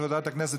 הכנסת?